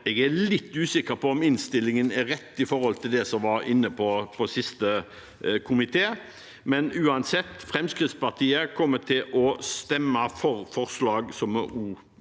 Jeg er litt usikker på om innstillingen er rett i forhold til det som var inne på siste komité, men uansett: Fremskrittspartiet kommer til å stemme for forslaget som per i